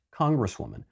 Congresswoman